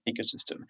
ecosystem